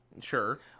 Sure